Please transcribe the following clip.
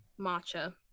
matcha